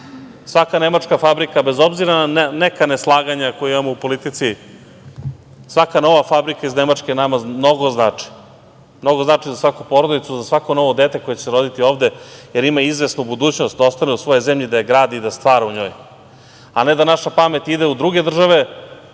Nemačka fabrika, bez obzira na neka neslaganja koja imamo u politici, nama mnogo znači. Mnogo znači za svaku porodicu, za svako novo dete koje će se roditi ovde, jer ima izvesnu budućnost da ostane u svojoj zemlji, da je gradi i da stvara u njoj, a ne da naša pamet ide u druge države